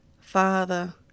Father